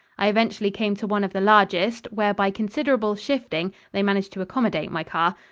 i eventually came to one of the largest, where by considerable shifting they managed to accommodate my car.